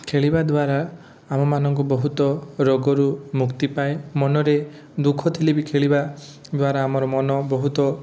ଖେଳିବା ଦ୍ୱାରା ଆମ ମାନଙ୍କୁ ବହୁତ ରୋଗରୁ ମୁକ୍ତିପାଏ ମନରେ ଦୁଃଖ ଥିଲେ ବି ଖେଳିବା ଦ୍ୱାରା ଆମର ମନ ବହୁତ